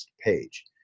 page